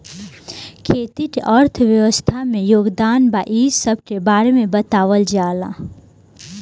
खेती के अर्थव्यवस्था में योगदान बा इ सबके बारे में बतावल जाला